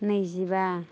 नैजिबा